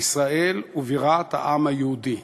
ישראל ובירת העם היהודי.